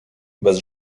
bez